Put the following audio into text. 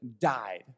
died